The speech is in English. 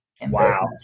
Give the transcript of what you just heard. Wow